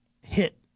hit